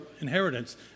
inheritance